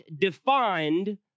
defined